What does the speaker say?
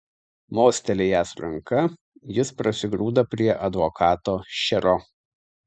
mostelėjęs ranka jis prasigrūda prie advokato šero